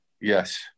yes